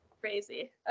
crazy